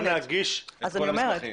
גם להגיש את כל המסמכים.